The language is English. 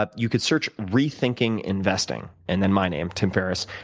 ah you could search rethinking investing, and then my name, tim ferriss.